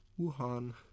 Wuhan